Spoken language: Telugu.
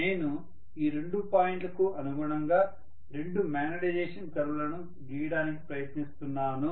నేను ఈ రెండు పాయింట్లకు అనుగుణంగా రెండు మాగ్నెటైజేషన్ కర్వ్ లను గీయడానికి ప్రయత్నిస్తున్నాను